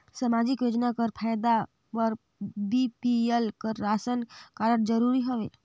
समाजिक योजना कर फायदा बर बी.पी.एल कर राशन कारड जरूरी हवे?